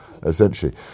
essentially